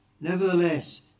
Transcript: Nevertheless